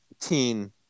teen